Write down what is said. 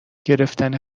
گرفتن